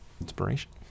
Inspiration